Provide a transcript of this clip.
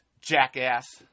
jackass